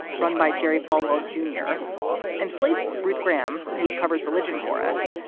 run by jerry falwell junior and slate's ruth graham, who covers religion for us.